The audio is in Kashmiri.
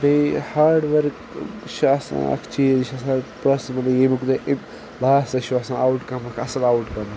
بیٚیہِ ہاڈؤرٕک چھِ آسان اَکھ چیٖز یہِ چھِ آسان پاسِبٕلٕے ییٚمیُک نہٕ اِم لاسٹَس چھُ آسان آوُٹ کَمُک اَصٕل آوُٹ کَم